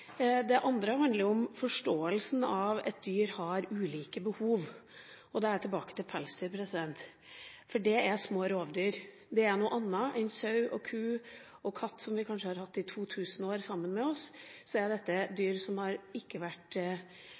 det som handler om forståelsen av at dyr har ulike behov. Da er jeg tilbake til pelsdyr. Det er små rovdyr. Det er noe annet enn sau, ku og katt, som vi har hatt sammen med oss i kanskje 2 000 år. Dette er dyr som ikke har vært